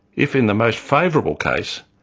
if in the most favourable case,